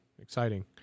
Exciting